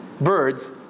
Birds